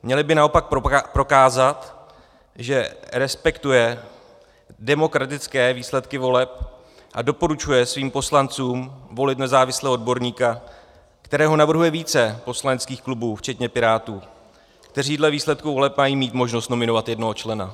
Měl by naopak prokázat, že respektuje demokratické výsledky voleb a doporučuje svým poslancům volit nezávislého odborníka, kterého navrhuje více poslaneckých klubů včetně Pirátů, kteří dle výsledků voleb mají mít možnost nominovat jednoho člena.